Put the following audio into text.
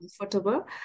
comfortable